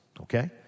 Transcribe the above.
Okay